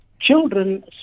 Children